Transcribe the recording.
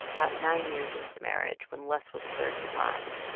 about nine years into the marriage, when les was thirty one,